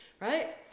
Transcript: Right